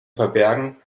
verbergen